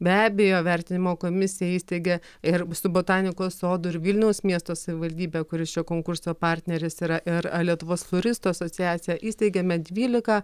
be abejo vertinimo komisija įsteigė ir su botanikos sodu ir vilniaus miesto savivaldybė kuris čia konkurso partneris yra ir lietuvos floristų asociacija įsteigėme dvylika